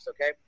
Okay